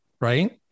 right